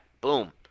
Boom